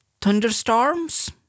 thunderstorms